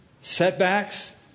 setbacks